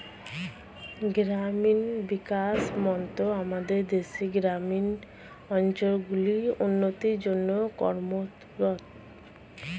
গ্রামীণ বিকাশ মন্ত্রক আমাদের দেশের গ্রামীণ অঞ্চলগুলির উন্নতির জন্যে কর্মরত